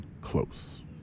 close